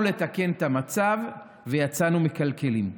באנו לתקן את המצב ויצאנו מקלקלים.